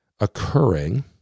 Occurring